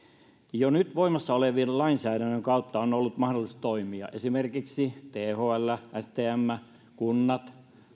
jo nyt voimassa olevan lainsäädännön kautta on ollut mahdollisuus toimia esimerkiksi thl stm kunnat